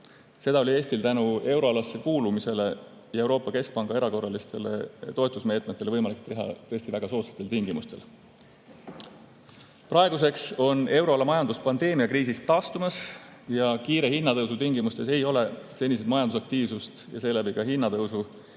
Seda oli Eestil tänu euroalasse kuulumisele ja Euroopa Keskpanga erakorralistele toetusmeetmetele võimalik teha tõesti väga soodsatel tingimustel. Praeguseks on euroala majandus pandeemiakriisist taastumas ja kiire hinnatõusu tingimustes ei ole senised majandusaktiivsust ja seeläbi ka hinnatõusu